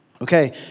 Okay